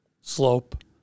slope